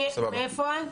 מאיפה את?